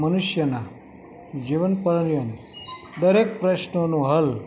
મનુષ્યના જીવનપર્યંત દરેક પ્રશ્નોનો હલ